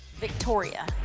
victoria,